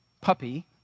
puppy